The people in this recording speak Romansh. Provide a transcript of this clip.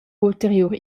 ulteriur